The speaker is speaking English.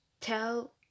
tell